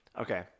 Okay